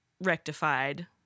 Rectified